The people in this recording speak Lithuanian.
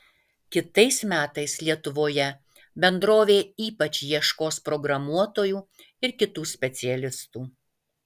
kitais metais lietuvoje bendrovė ypač ieškos programuotojų ir kitų specialistų